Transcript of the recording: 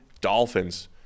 dolphins